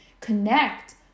connect